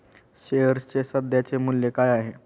शेअर्सचे सध्याचे मूल्य काय आहे?